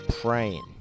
praying